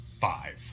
five